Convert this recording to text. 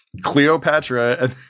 Cleopatra